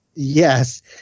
Yes